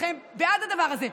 כולכם בעד הדבר הזה.